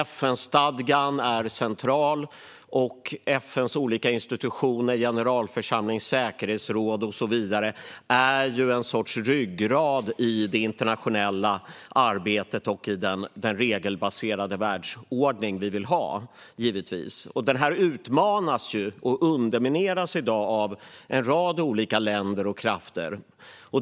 FN-stadgan är central, och FN:s olika institutioner - generalförsamlingen, säkerhetsrådet och så vidare - är en sorts ryggrad i det internationella arbetet och den regelbaserade världsordning vi vill ha. Den utmanas och undermineras i dag av en rad olika länder och krafter.